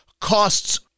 costs